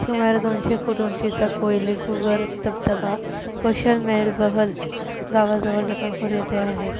सुमारे दोनशे फुट उंचीचा कोइलघुगर धबधबा कुशमेलबहल गावाजवळ लखनपूर येथे आहे